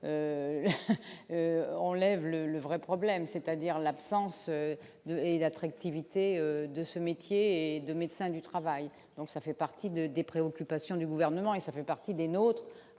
le le vrai problème, c'est-à-dire l'absence de et il attractivité de ce métier de médecin du travail donc ça fait partie de des préoccupations du gouvernement et ça fait partie des nôtres,